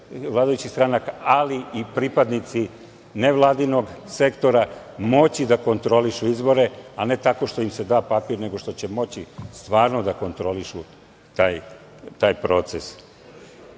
vladajućih stranaka, ali i pripadnici ne vladinog sektora, moći da kontrolišu izbore, a ne tako što im se da papir, nego što će moći stvarno da kontrolišu taj proces. Na